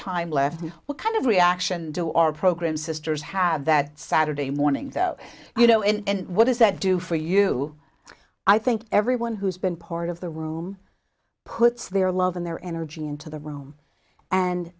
time left what kind of reaction do our program sisters have that saturday morning though you know and what does that do for you i think everyone who's been part of the room puts their love and their energy into the room and